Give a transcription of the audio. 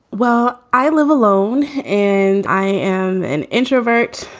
well, i live alone and i am an introvert.